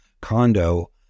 condo